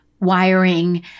wiring